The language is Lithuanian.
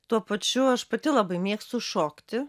tuo pačiu aš pati labai mėgstu šokti